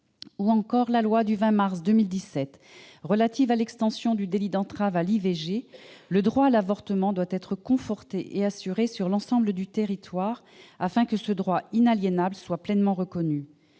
ou encore dans la loi du 20 mars 2017 relative à l'extension du délit d'entrave à l'interruption volontaire de grossesse, le droit à l'avortement doit être conforté et assuré sur l'ensemble du territoire, afin que ce droit inaliénable soit pleinement reconnu.